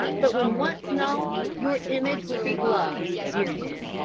but when once known, your image would be loved, dear nip,